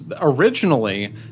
Originally